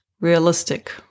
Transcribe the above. realistic